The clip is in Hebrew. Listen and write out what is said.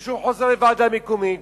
ושוב חוזר לוועדה מקומית,